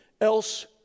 Else